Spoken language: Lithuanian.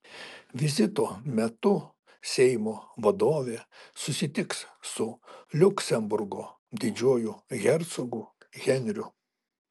vizito metu seimo vadovė susitiks su liuksemburgo didžiuoju hercogu henriu